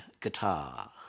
Guitar